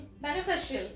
beneficial